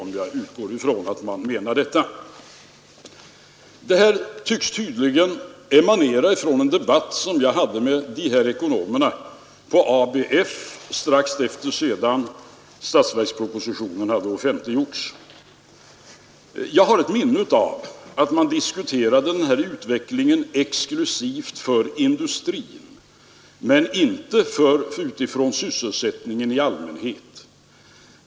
Uppgiften tycks emanera från en debatt som jag hade med dessa ekonomer på ABF strax efter det att statsverkspropositionen hade offentliggjorts. Jag har ett minne av att man diskuterade den här utvecklingen exklusivt för industrin men inte utifrån sysselsättningen i allmänhet.